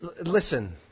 Listen